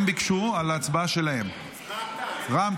הם ביקשו על ההצבעה שלהם, רע"מ-תע"ל.